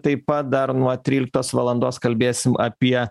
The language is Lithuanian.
taip pat dar nuo tryliktos valandos kalbėsim apie